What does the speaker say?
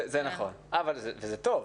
נכון, וזה טוב.